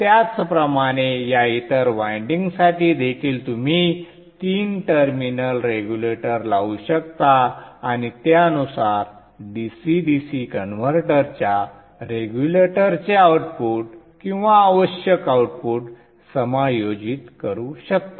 त्याचप्रमाणे या इतर वायंडिंगसाठी देखील तुम्ही तीन टर्मिनल रेग्युलेटर लावू शकता आणि त्यानुसार DC DC कन्व्हर्टरच्या रेग्युलेटरचे आउटपुट किंवा आवश्यक आउटपुट समायोजित करू शकता